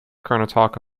karnataka